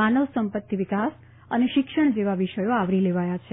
માનવ સંપત્તિ વિકાસ અને શિક્ષણ જેવા વિષયો આવરી લેવાયા છે